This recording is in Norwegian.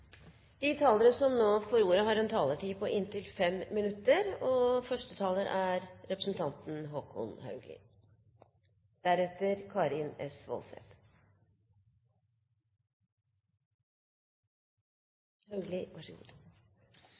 De talere som heretter får ordet, har en taletid på inntil 3 minutter. Språk er kultur, og kultur er